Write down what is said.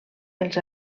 els